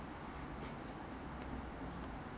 他们会一个一个跟你算多重 lah